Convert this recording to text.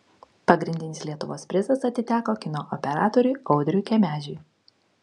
pagrindinis lietuvos prizas atiteko kino operatoriui audriui kemežiui